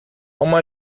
uma